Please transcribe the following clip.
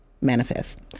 manifest